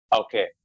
Okay